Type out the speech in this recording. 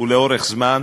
ולאורך זמן